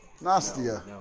Nastya